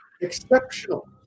Exceptional